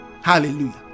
hallelujah